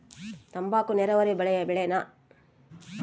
ತಂಬಾಕು ನೇರಾವರಿ ಬೆಳೆನಾ?